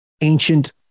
ancient